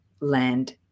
land